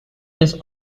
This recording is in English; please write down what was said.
this